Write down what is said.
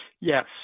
Yes